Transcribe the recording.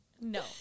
No